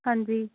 ਹਾਂਜੀ